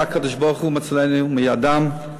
אלא "הקדוש-ברוך-הוא מצילנו מידם".